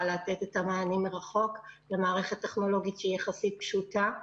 לתת את המענים מרחוק למערכת טכנולוגית שהיא פשוטה יחסית.